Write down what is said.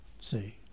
See